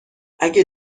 اگه